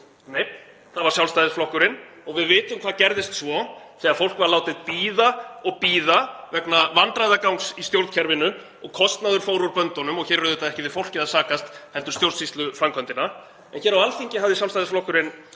Nei, það var Sjálfstæðisflokkurinn. Og við vitum hvað gerðist svo þegar fólk var látið bíða og bíða vegna vandræðagangs í stjórnkerfinu og kostnaður fór úr böndunum. Hér er auðvitað ekki við fólkið að sakast heldur stjórnsýsluframkvæmdina. Hér á Alþingi hafði Sjálfstæðisflokkurinn